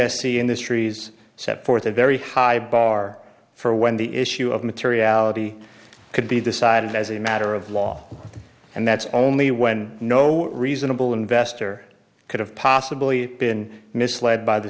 this trees set forth a very high bar for when the issue of materiality could be decided as a matter of law and that's only when no reasonable investor could have possibly been misled by the